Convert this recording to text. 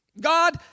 God